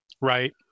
right